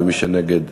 ומי שנגד,